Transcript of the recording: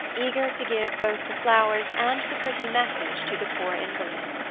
eager to give both the flowers and the pretty message to the poor invalid.